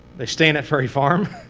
they stay in at ferry farm,